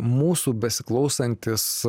mūsų besiklausantis